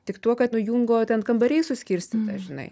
tik tuo kad nu jungo ten kambariais suskirstyta žinai